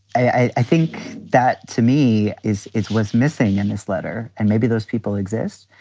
i think that to me is is what's missing in this letter and maybe those people exist.